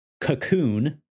Cocoon